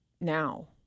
now